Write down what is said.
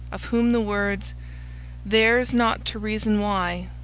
of whom the words theirs not to reason why,